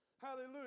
Hallelujah